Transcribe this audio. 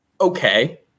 okay